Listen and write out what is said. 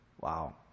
Wow